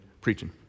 preaching